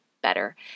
better